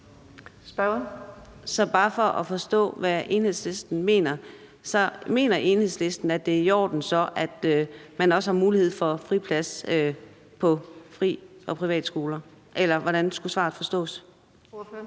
Bare for at forstå, hvad Enhedslisten mener, vil jeg spørge, om Enhedslisten mener, at det så er i orden, at man også har mulighed for fripladser på fri- og privatskoler, eller hvordan skulle svaret forstås? Kl.